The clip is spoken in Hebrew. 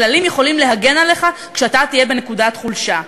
הכללים יכולים להגן עליך כשאתה תהיה בנקודת חולשה.